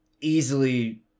easily